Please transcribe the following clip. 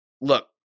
look